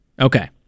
Okay